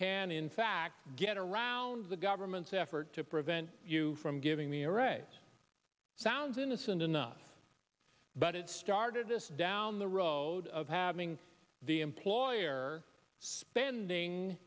can in fact get around the government's effort to prevent you from giving the array it sounds innocent enough but it started this down the road of having the employer spending